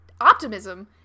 optimism